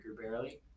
barely